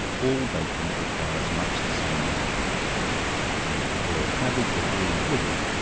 all bacon requires much the same management and if you boil cabbage or greens with it,